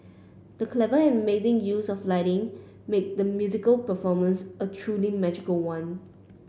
the clever and amazing use of lighting made the musical performance a truly magical one